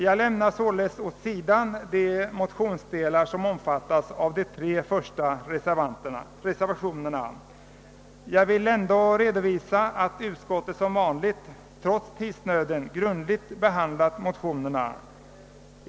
Jag lämnar således åsido de delar av motionerna som omfattas av de tre första reservationerna vid bankoutskottets utlåtande nr 39. Jag vill emellertid framhålla att utskottet som vanligt trots tidsnöden grundligt behandlat motionerna.